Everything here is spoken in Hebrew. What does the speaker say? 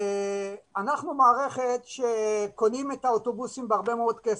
אנחנו מערכת שקונים את האוטובוסים בהרבה מאוד כסף.